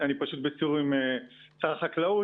אני פשוט בסיור עם שר החקלאות.